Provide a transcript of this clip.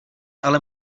ale